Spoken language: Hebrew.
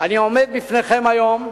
עומד בפניכם היום,